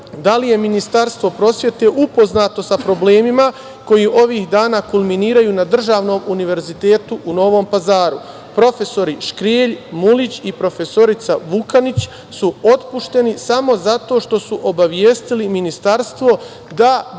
da li je Ministarstvo prosvete upoznato sa problemima koji ovih dana kulminiraju na Državnom univerzitetu u Novom Pazaru? Profesori Škrijelj, Mulić i profesorica Vukanić su otpušteni samo zato što su obavestili Ministarstvo da